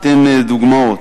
ניתן דוגמאות: